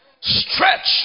Stretch